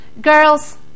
girls